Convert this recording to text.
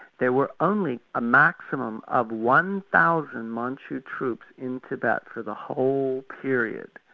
there were only a maximum of one thousand manchu troops in tibet for the whole period.